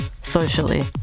socially